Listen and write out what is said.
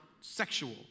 sexual